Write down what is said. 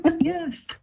Yes